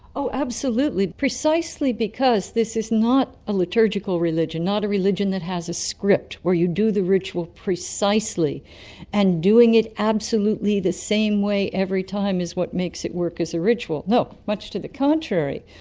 oh absolutely, precisely because this is not a liturgical religion, not a religion that has a script where you do the ritual precisely and doing it absolutely the same way every time is what makes it work as a ritual, no, much to the contrary.